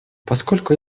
поскольку